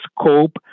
scope